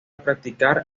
practicar